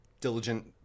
diligent